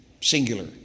singular